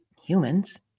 humans